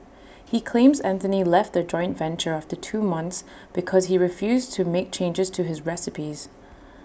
he claims Anthony left their joint venture after two months because he refused to make changes to his recipes